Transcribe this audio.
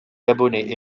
gabonais